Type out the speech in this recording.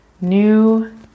new